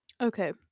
Okay